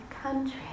country